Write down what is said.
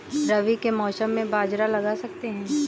रवि के मौसम में बाजरा लगा सकते हैं?